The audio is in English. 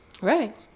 right